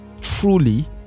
truly